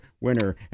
winner